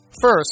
First